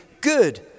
good